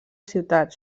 ciutat